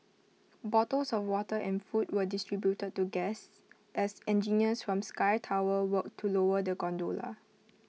bottles of water and food were distributed to guests as engineers from sky tower worked to lower the gondola